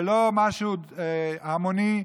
ולא משהו המוני,